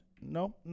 No